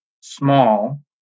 small